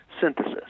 synthesis